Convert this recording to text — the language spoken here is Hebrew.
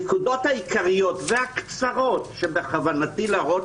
הנקודות העיקריות והקצרות שבכוונתי להראות